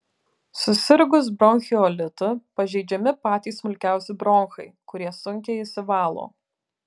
susirgus bronchiolitu pažeidžiami patys smulkiausi bronchai kurie sunkiai išsivalo